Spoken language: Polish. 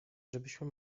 żebyśmy